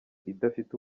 idafite